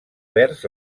vers